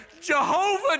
Jehovah